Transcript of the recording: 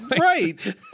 Right